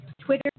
Twitter